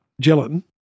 gelatin